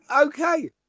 Okay